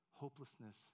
Hopelessness